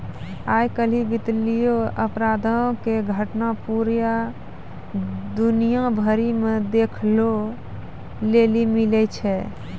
आइ काल्हि वित्तीय अपराधो के घटना पूरा दुनिया भरि मे देखै लेली मिलै छै